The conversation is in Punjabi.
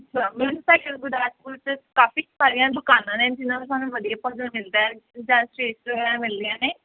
ਗੁਰਦਾਸਪੁਰ ਤਾਂ ਕਾਫੀ ਸਾਰੀਆਂ ਦੁਕਾਨਾਂ ਨੇ ਜਿਨ੍ਹਾਂ ਤੋਂ ਸਾਨੂੰ ਵਧੀਆ ਭੋਜਨ ਮਿਲਦਾ ਹੈ ਮਿਲਦੀਆਂ ਨੇ